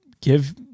give